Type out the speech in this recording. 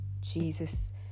Jesus